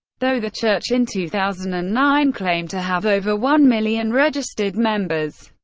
though the church in two thousand and nine claimed to have over one million registered members.